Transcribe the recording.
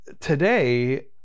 today